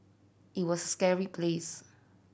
it was scary place